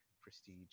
prestige